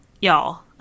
y'all